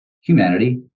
humanity